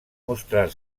mostrar